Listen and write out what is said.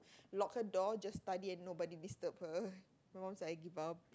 lock her door just study and nobody disturb her sometimes I give up